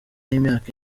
y’imyaka